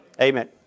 Amen